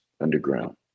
underground